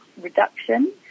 reduction